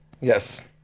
Yes